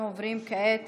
אנחנו עוברים כעת